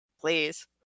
Please